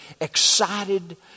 excited